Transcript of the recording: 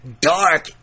dark